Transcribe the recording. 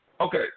Okay